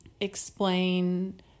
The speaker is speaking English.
explain